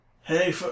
Hey